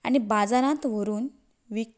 आनी बाजारांत व्हरून विकतात